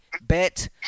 Bet